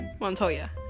Montoya